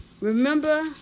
Remember